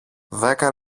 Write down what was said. δέκα